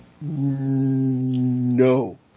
No